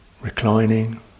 reclining